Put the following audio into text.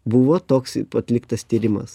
buvo toks atliktas tyrimas